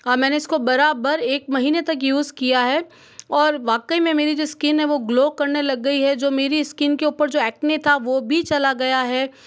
और मैंने इसको बराबर एक महीने तक यूज़ किया है और वाकई में मेरी जो स्किन है वह ग्लो करने लग गई है जो मेरी स्कीन के ऊपर जो एक्ने था वह भी चला गया है